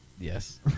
Yes